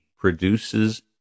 produces